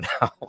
now